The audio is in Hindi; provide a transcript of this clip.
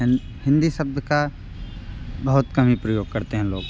हिं हिंदी शब्द का बहुत कम ही प्रयोग करते हैं लोग